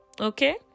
Okay